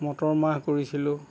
motor মাহ কৰিছিলোঁ